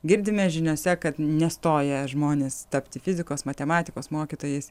girdime žiniose kad nestoja žmonės tapti fizikos matematikos mokytojais